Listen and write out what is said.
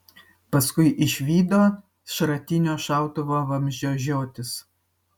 paskui išvydo šratinio šautuvo vamzdžio žiotis